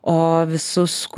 o visus kurie dar